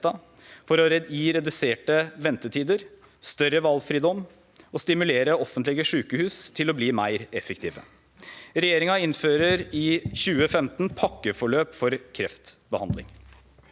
for å gi reduserte ventetider og større valfridom og for å stimulere offentlege sjukehus til å bli meir effektive. Regjeringa innfører i 2015 pakkeforløp for kreftbehandling.